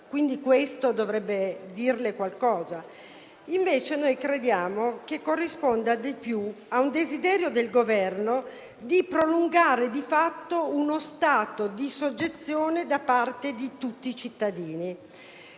quindi, questo dovrebbe dirle qualcosa. Per contro, crediamo che essa corrisponda più a un desiderio del Governo prolungare di fatto uno stato di soggezione da parte di tutti i cittadini